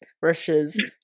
versus